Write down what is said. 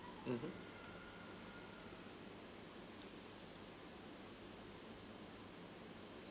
mmhmm